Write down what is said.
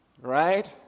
right